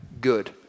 Good